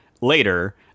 later